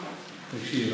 תקשיב,